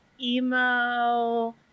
emo